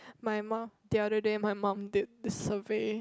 my mum the other day my mum did this survey